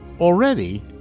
already